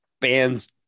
bands